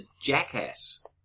jackass